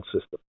system